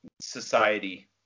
society